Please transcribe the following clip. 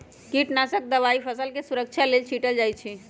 कीटनाशक दवाई फसलके सुरक्षा लेल छीटल जाइ छै